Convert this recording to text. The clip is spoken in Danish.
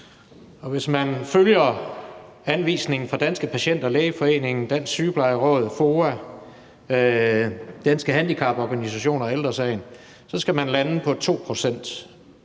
hvis man følger anvisningen fra Danske Patienter, Lægeforeningen, Dansk Sygeplejeråd, FOA, Danske Handicaporganisationer og Ældre Sagen, skal man lande på 2